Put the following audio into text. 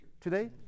today